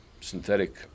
synthetic